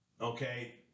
okay